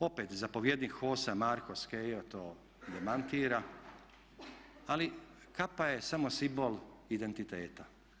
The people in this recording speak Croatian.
Opet zapovjednik HOS-a Marko Skejo to demantira ali kapa je samo simbol identiteta.